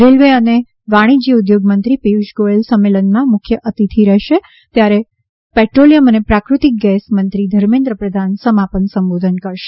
railway અને વાણિશ્ર્ય ઉદ્યોગમંત્રી પિયુષ ગોયેલ સંમેલનમાં મુખ્ય અતિથિ રહેશે ત્યારે પેટ્રોલિયમ અને પ્રાકૃતિક ગેસ મંત્રી ધર્મેન્દ્ર પ્રધાન સમાપન સંબોધન કરશે